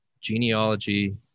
Genealogy